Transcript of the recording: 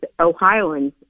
Ohioans